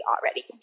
already